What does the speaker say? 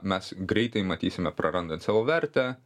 mes greitai matysime prarandant savo vertę